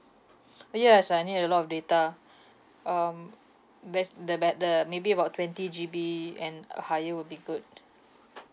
yes I need a lot of data um best that but the maybe about twenty G_B and uh higher will be good